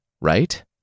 right